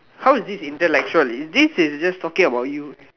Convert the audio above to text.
how is it intellectual this is just talking about you